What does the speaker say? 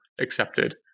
accepted